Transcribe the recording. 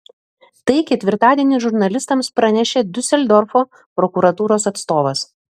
tai ketvirtadienį žurnalistams pranešė diuseldorfo prokuratūros atstovas